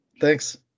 Thanks